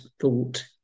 thought